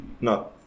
no